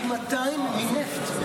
מזהמת פי 200 מנפט.